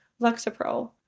Lexapro